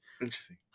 interesting